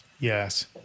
Yes